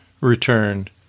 returned